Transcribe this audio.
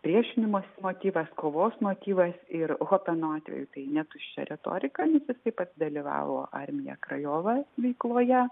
priešinimosi motyvas kovos motyvas ir chopeno atveju tai ne tuščia retorika nes jisai pats dalyvavo armija krajova veikloje